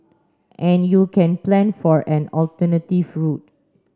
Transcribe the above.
and you can plan for an alternative route